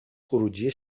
خروجی